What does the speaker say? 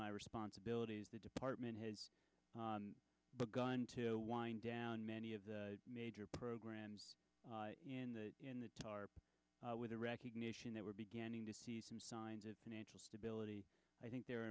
my responsibilities the department has begun to wind down many of the major programs in the tarp with a recognition that we're beginning to see some signs of financial stability i think they're